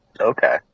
Okay